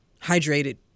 hydrated